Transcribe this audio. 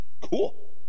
cool